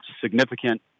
significant